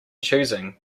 choosing